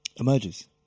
Emerges